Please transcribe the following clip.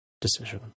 decision